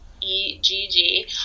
E-G-G